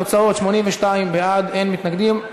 התוצאות: 82 בעד, אין מתנגדים.